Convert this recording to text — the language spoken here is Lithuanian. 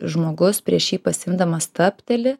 žmogus prieš jį pasiimdamas stabteli